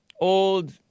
old